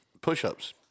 push-ups